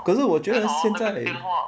可是我觉得现在